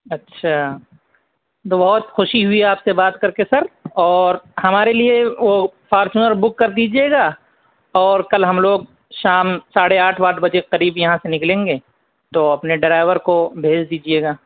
اچھا بہت خوشی ہوئی آپ سے بات کرکے سر اور ہمارے لیے وہ فارچونر بک کر دیجیے گا اور کل ہم لوگ شام ساڑھے آٹھ واٹھ بجے کے قریب یہاں سے نکلیں گے تو اپنے ڈرائیور کو بھیج دیجیے گا